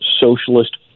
Socialist